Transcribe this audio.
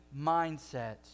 mindsets